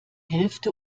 hälfte